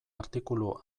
artikulu